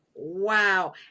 Wow